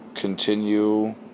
Continue